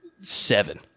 seven